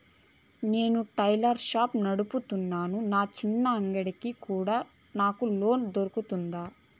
నేను tailor shop నడుపుతున్నాను, నా చిన్న అంగడి కి కూడా నాకు లోను దొరుకుతుందా?